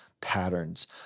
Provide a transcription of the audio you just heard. patterns